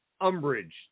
umbrage